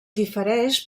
difereix